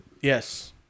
Yes